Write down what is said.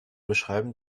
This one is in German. beschreiben